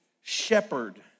shepherd